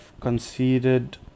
conceded